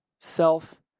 self